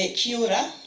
ah kia ora.